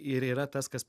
ir yra tas kas